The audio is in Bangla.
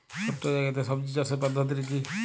ছোট্ট জায়গাতে সবজি চাষের পদ্ধতিটি কী?